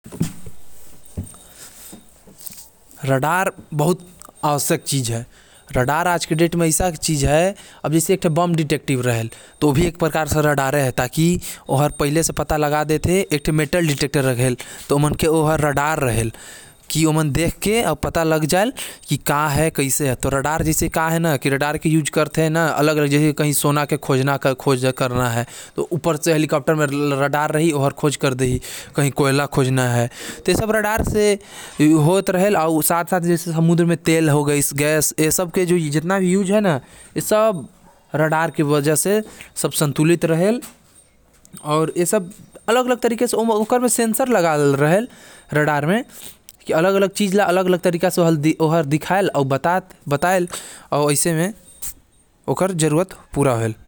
राडार अपन सेंसर के मदद से चीज़ मन के पता लगाएल।